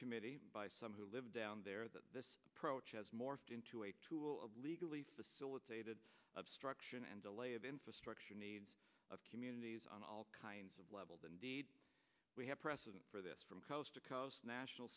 committee by some who live down there that this approach has morphed into a tool of illegally facilitated obstruction and delay of infrastructure needs of communities on all kinds of levels and we have precedent for this from coast to coast national